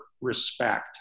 respect